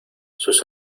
sus